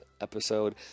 episode